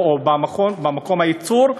במקום הייצור?